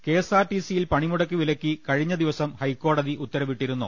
K S R T C യിൽ പ്രണിമുടക്ക് വിലക്കി കഴിഞ്ഞ ദിവസം ഹൈക്കോടതി ഉത്തരവിട്ടിരുന്നു